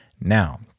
Now